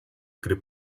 gry